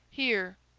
here,